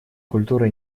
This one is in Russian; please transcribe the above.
культура